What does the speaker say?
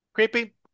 Creepy